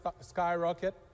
skyrocket